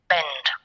Bend